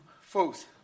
folks